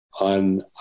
on